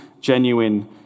genuine